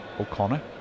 O'Connor